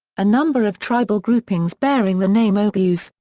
a number of tribal groupings bearing the name oghuz,